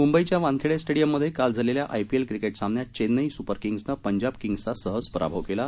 मुंबईच्या वानखेडे स्टेडियममध्ये काल झालेल्या आयपीएल क्रिकेट सामन्यात चेन्नई सूपर किंग्सनं पंजाब किंग्सचा सहज पराभव केला